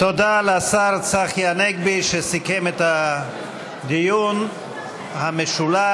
תודה לשר צחי הנגבי שסיכם את הדיון המשולב.